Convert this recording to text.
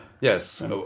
Yes